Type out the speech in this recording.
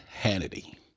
Hannity